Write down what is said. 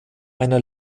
einer